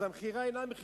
אז המכירה אינה מכירה,